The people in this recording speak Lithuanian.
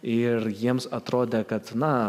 ir jiems atrodė kad na